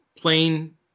plain